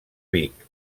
vic